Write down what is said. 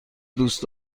دوست